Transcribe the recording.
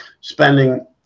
spending